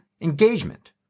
engagement